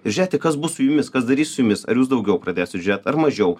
ir žiūrėti kas bus su jumis kas darysis su jumis ar jūs daugiau pradėsit žiūrėt ar mažiau